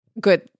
good